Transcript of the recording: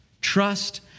trust